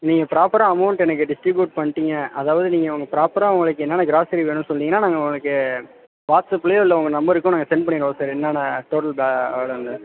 நீங்கள் ப்ராப்பராக அமௌண்ட் எனக்கு டிஸ்ட்ரிபூட் பண்ணிட்டீங்க அதாவது நீங்கள் அவங்க ப்ராப்பராக உங்களுக்கு என்னென்ன க்ராஸ்ஸரி வேணும்னு சொல்லிட்டீங்கன்னால் நாங்கள் உங்களுக்கு வாட்ஸ்ஆப்லையோ இல்லை உங்கள் நம்பருக்கோ நாங்கள் செண்ட் பண்ணிடுவோம் சார் என்னென்ன டோட்டல் பே